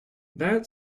that